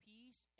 Peace